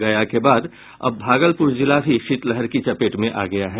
गया के बाद अब भागलपुर जिला भी शीतलहर की चपेट में आ गया है